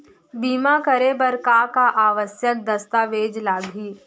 बीमा करे बर का का आवश्यक दस्तावेज लागही